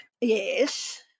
yes